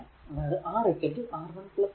അതായതു R R1 R2